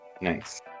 nice